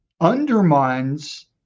undermines